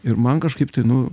ir man kažkaip tai nu